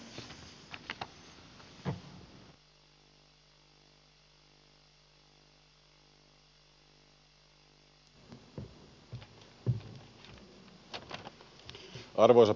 arvoisa puhemies